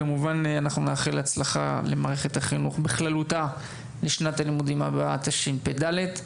כמובן שנאחל הצלחה למערכת החינוך בכללותה בשנת הלימודים הבאה תשפ"ד.